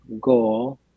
goal